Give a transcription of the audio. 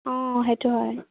অঁ সেইটো হয়